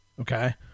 okay